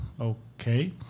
Okay